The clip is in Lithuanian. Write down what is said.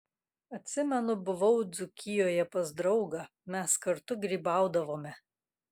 atsimenu buvau dzūkijoje pas draugą mes kartu grybaudavome